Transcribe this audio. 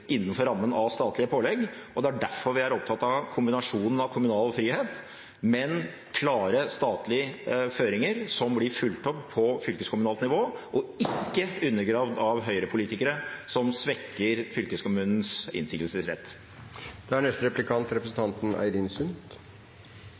innenfor rammen av statlige pålegg. Derfor er vi opptatt av kombinasjonen kommunal frihet, men med klare statlige føringer, som blir fulgt opp på fylkeskommunalt nivå og ikke undergravd av høyrepolitikere som svekker fylkeskommunens